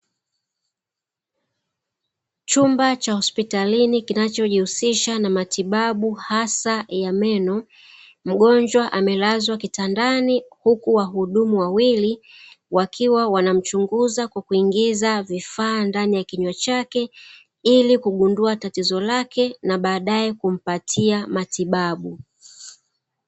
Chumba cha hospitalini kinachojihusisha na matibabu hasa ya meno. Mgonjwa amelazwa kitandani huku wahudumu wawili wakiwa wanamchunguza kwa kuingiza vifaa ndani ya kinywa chake, ili kugundua tatizo lake na baadaye kumpatia matibabu.